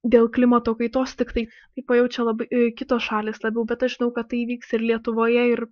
dėl klimato kaitos tiktai kaip pajaučia labai kitos šalys labiau bet aš žinau kad tai įvyks ir lietuvoje ir